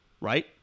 Right